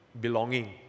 belonging